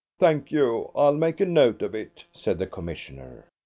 thank you i'll make a note of it, said the commissioner.